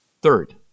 Third